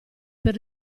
per